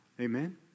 Amen